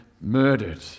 murdered